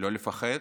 לא לפחד,